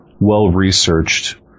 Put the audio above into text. well-researched